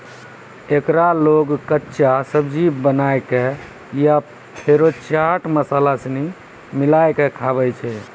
एकरा लोग कच्चा, सब्जी बनाए कय या फेरो चाट मसाला सनी मिलाकय खाबै छै